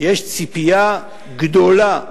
יש ציפייה גדולה,